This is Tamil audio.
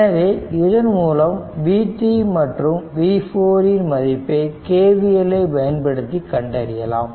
எனவே இதன் மூலம் v3 மற்றும் v4 இன் மதிப்பை KVL ஐ பயன்படுத்தி கண்டறியலாம்